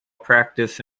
practice